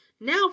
Now